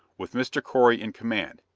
with mr. correy in command.